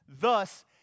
thus